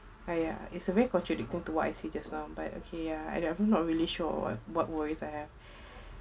!aiya! it's a very contradict thing to what I said just now but okay ya and I have not really sure or what what worries have